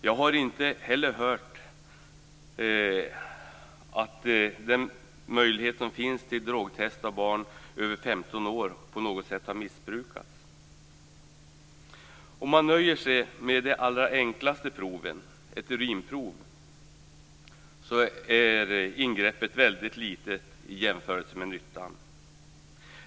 Jag har inte heller hört att den möjlighet som finns till drogtest av barn över 15 år har missbrukats på något sätt. Om man nöjer sig med det allra enklaste provet, ett urinprov, är ingreppet väldigt litet i jämförelse med nyttan.